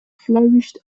flourished